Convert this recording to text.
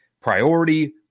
Priority